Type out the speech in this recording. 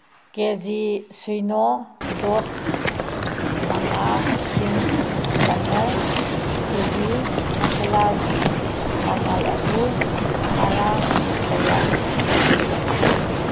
ꯀꯦ G ꯁꯤꯅꯣ ꯗꯣꯠ ꯃꯉꯥ ꯆꯤꯡꯁ ꯄꯅꯦꯔ ꯆꯤꯜꯂꯤ ꯃꯁꯂꯥꯒꯤ ꯃꯃꯜ ꯑꯗꯨ ꯉꯔꯥꯡ ꯀꯌꯥ ꯑꯣꯏꯈꯤꯕꯒꯦ